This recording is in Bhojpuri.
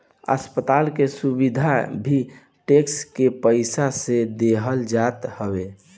अस्पताल के सुविधा भी टेक्स के पईसा से देहल जात हवे